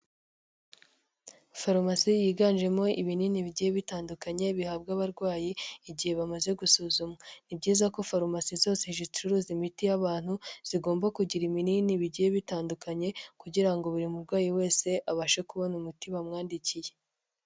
Farumasi yiganjemo ibinini bigiye bitandukanye bihabwa abarwayi igihe bamaze gusuzumwa, ni byiza ko farumasi zose zicuruza imiti y'abantu zigomba kugira ibinini bigiye bitandukanye kugira ngo buri murwayi wese abashe kubona umuti bamwandikiye.